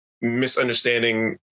misunderstanding